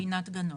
עינת גנון.